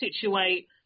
situate